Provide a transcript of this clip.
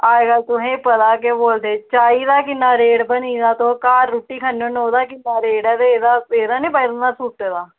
अज्जकल तुसेंगी पता चाही दा किन्ना रेट बनी गेदा ते तुस घर रुट्टी खन्ने ओह्दा रेट ऐ एह्दा निं बधना सूटै दा